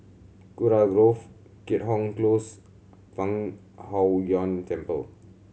Kurau Grove Keat Hong Close Fang Huo Yuan Temple